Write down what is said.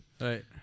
Right